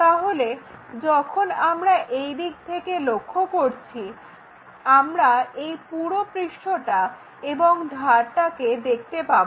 তাহলে যখন আমরা এই দিক থেকে লক্ষ্য করছি আমরা এই পুরো পৃষ্ঠটাকে এবং ধারটাকে দেখতে পাবো